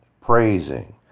praising